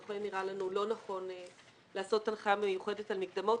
לכן נראה לנו לא נכון לעשות הנחיה מיוחדת לגבי מקדמות,